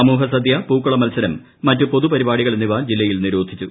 സമൂഹസദ്യ പൂക്കളമത്സര്ക് മറ്റ് പൊതുപരിപാടികൾ എന്നിവ ജില്ലയിൽ നിരോധിച്ചു